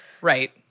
Right